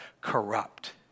corrupt